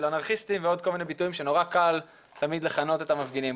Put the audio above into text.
אנרכיסטיים ועוד כל מיני ביטויים שנורא קל תמיד לכנות את המפגינים.